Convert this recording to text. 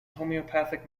homeopathic